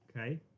okay